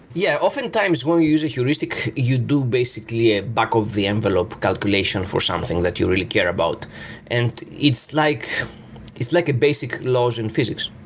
yeah. often times when you use a heuristic, you do basically a back of the envelope calculation for something that you really care about and it's like it's like a basic law in physics.